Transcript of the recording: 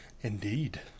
Indeed